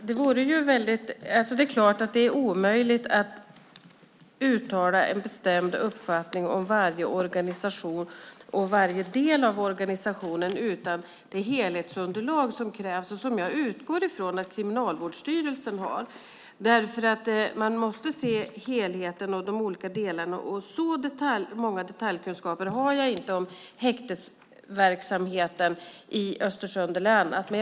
Herr talman! Det är omöjligt att uttala en bestämd uppfattning om varje organisation och varje del av den utan det helhetsunderlag som krävs. Jag utgår från att Kriminalvårdsstyrelsen har det. Man måste se helheten. Jag har inte så mycket detaljkunskaper om häktesverksamheten i Östersund eller på andra platser.